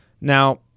Now